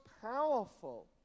powerful